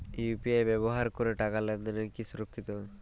UPI ব্যবহার করে টাকা লেনদেন কি সুরক্ষিত?